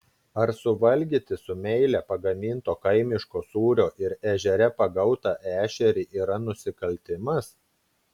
ar suvalgyti su meile pagaminto kaimiško sūrio ir ežere pagautą ešerį yra nusikaltimas